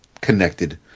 connected